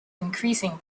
increasing